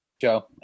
Joe